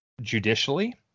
judicially